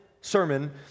sermon